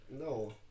No